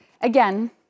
again